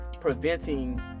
preventing